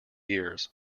years